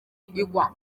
igwa